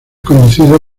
conducido